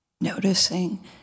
noticing